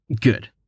Good